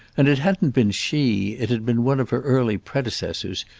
and it hadn't been she, it had been one of her early predecessors,